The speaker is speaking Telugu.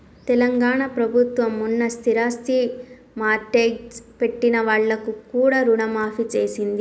తెలంగాణ ప్రభుత్వం మొన్న స్థిరాస్తి మార్ట్గేజ్ పెట్టిన వాళ్లకు కూడా రుణమాఫీ చేసింది